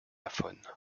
aphone